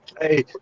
Hey